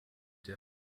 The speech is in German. der